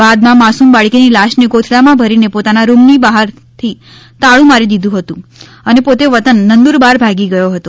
બાદમાં માસુમ બાળકીની લાશને કોથળામાં ભરીને પોતાના રૂમને બહારથી તાળું મારી દીધું હતું અને પોતે વતન નંદુરબાર ભાગી ગયો હતો